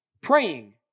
praying